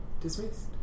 dismissed